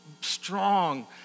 strong